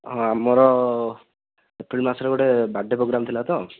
ହଁ ଆମର ଏପ୍ରିଲ୍ ମାସରେ ଗୋଟେ ବାର୍ଥଡ଼େ ପ୍ରୋଗ୍ରାମ୍ ଥିଲା ତ